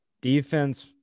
defense